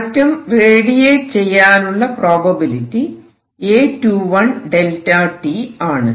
atom radiate ചെയ്യാനുള്ള probability A21Δt ആണ്